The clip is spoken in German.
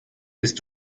bist